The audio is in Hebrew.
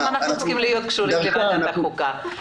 אנחנו לא נסכים להיות קשורים לוועדת החוקה.